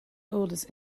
oldest